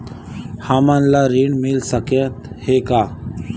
हमन ला ऋण मिल सकत हे का?